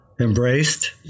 embraced